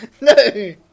No